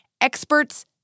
Experts